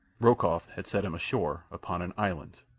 rokoff had set him ashore upon an island.